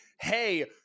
hey